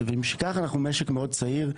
משכך, אנחנו משק מאוד צעיר.